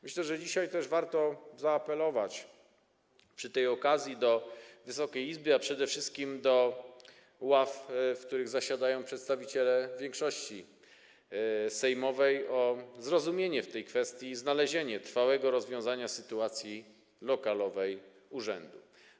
Myślę, że dzisiaj też warto zaapelować przy tej okazji do Wysokiej Izby, a przede wszystkim do ław, w których zasiadają przedstawiciele większości sejmowej, o zrozumienie w tej kwestii i znalezienie trwałego rozwiązania sytuacji lokalowej urzędu.